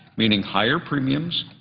meaning higher premiums,